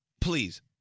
please